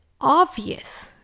obvious